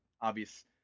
obvious